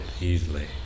easily